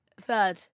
third